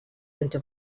into